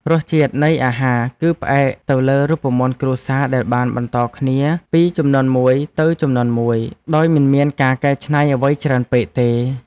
រសជាតិនៃអាហារ គឺផ្អែកទៅលើរូបមន្តគ្រួសារដែលបានបន្តគ្នាពីជំនាន់មួយទៅជំនាន់មួយដោយមិនមានការកែច្នៃអ្វីច្រើនពេកទេ។